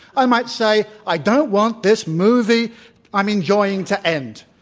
i might say, i don't want this movie i'm enjoying to end